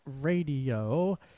Radio